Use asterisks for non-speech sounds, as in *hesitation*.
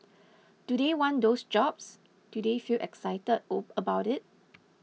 do they want those jobs do they feel excited *hesitation* about it